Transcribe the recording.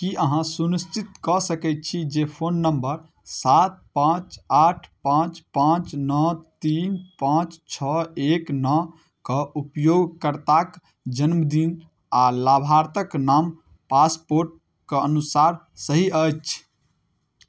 की अहाँ सुनिश्चित कऽ सकै छी जे फोन नम्बर सात पाँच आठ पाँच पाँच नओ तीन पाँच छओ एक नओके उपयोगकर्ताके जन्मदिन आओर लाभार्ताके नाम पासपोर्टके अनुसार सही अछि